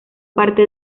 parte